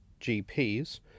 GPs